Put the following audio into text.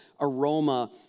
aroma